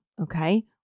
Okay